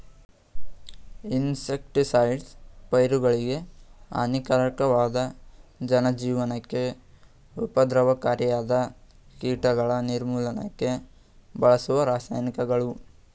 insecticides ಪೈರುಗಳಿಗೆ ಹಾನಿಕಾರಕವಾದ ಜನಜೀವನಕ್ಕೆ ಉಪದ್ರವಕಾರಿಯಾದ ಕೀಟಗಳ ನಿರ್ಮೂಲನಕ್ಕೆ ಬಳಸುವ ರಾಸಾಯನಿಕಗಳು